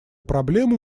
проблемы